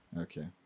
Okay